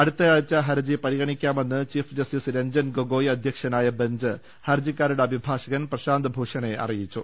അടുത്ത ആഴ്ച ഹർജി പരിഗണി ക്കാമെന്ന് ചീഫ് ജസ്റ്റിസ് രഞ്ജൻ ഗൊഗോയ് അധ്യക്ഷനായ ബെഞ്ച് ഹർജിക്കാരുടെ അഭിഭാഷകൻ പ്രശാന്ത്ഭൂഷണെ അറിയിച്ചു